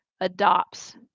adopts